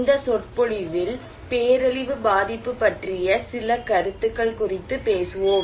இந்த சொற்பொழிவில் பேரழிவு பாதிப்பு பற்றிய சில கருத்துக்கள் குறித்து பேசுவோம்